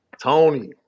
Tony